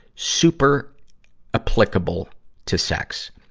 super applicable to sex.